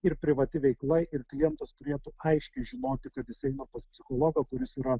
ir privati veikla ir klientas turėtų aiškiai žinoti kad jis eina pas psichologą kuris yra